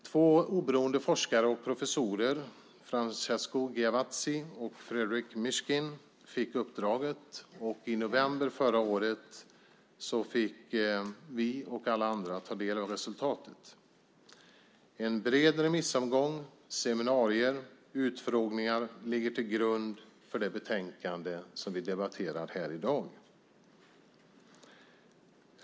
Två oberoende forskare och professorer - Francesco Giavazzi och Frederic Mishkin - fick uppdraget. I november förra året fick vi och alla andra ta del av resultatet. En bred remissomgång, seminarier och utfrågningar ligger till grund för det betänkande vi debatterar här i dag.